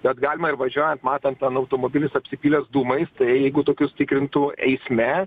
juos galima ir važiuojant matant ten automobilis apsipylęs dūmais tai jeigu tokius tikrintų eisme